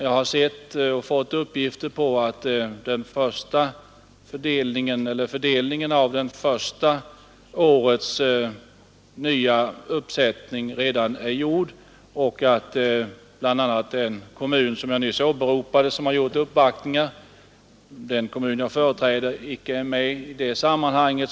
Jag har fått uppgifter på att fördelningen av det första årets nytillskott redan är gjord och att den kommun som jag nyss åberopade och som gjort uppvaktningar icke är med i sammanhanget.